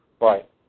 Right